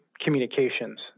communications